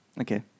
Okay